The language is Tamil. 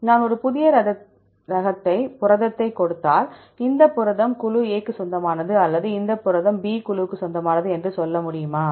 நான் ஒரு புதிய புரதத்தைக் கொடுத்தால் இந்த புரதம் குழு A க்கு சொந்தமானது அல்லது இந்த புரதம் குழு B க்கு சொந்தமானது என்று சொல்ல முடியுமா